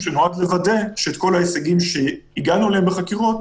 שנועד לוודא שאת כל ההישגים שהגענו אליהם בחקירות,